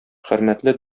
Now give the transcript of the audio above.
хөрмәтле